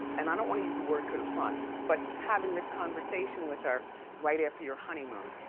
and i don't wanna use the word confront but having this conversation with her right after your honeymoon.